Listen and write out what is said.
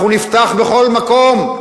אנחנו נפתח בכל מקום,